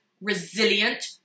resilient